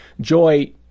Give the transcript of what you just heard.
joy